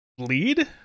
lead